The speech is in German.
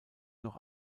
noch